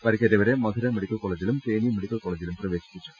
പരിക്കേറ്റവർ Madurai medical കോളജിലും Theni medical കോളജിലും പ്രവേശിപ്പിച്ചു